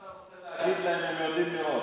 מה שאתה רוצה להגיד להם הם יודעים מראש.